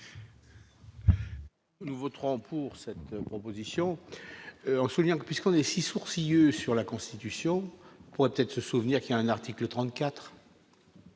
Nous voterons pour cette proposition en soulignant puisqu'on est si sourcilleux sur la Constitution, pourrait peut-être se souvenir qu'il y a un article 34.